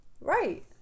Right